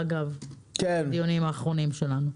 אגב הדיונים האחרונים שלנו.